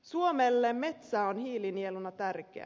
suomelle metsä on hiilinieluna tärkeä